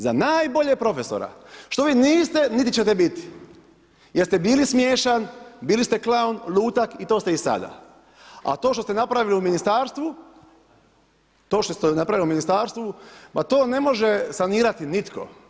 Za najboljeg profesora, što vi niste niti ćete biti, jer ste bili smiješan, bili ste klaun, lutak a to ste i sada a to što ste napravili u ministarstvu, to što ste napravili u ministarstvu, pa to ne može sanirati nitko.